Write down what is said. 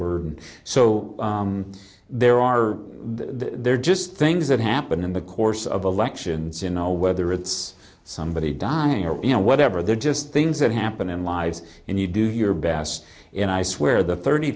burden so there are the there are just things that happen in the course of elections in all whether it's somebody dying or you know whatever they're just things that happen in lives and you do your best and i swear the thirty